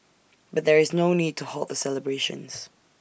but there is no need to halt the celebrations